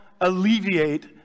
alleviate